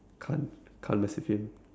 can't can't mess with him